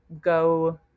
go